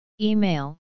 Email